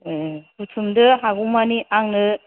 ए बुथुमदो हागौमानि आंनो